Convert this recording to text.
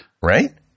Right